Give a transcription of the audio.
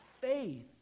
faith